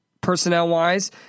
personnel-wise